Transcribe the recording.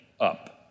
up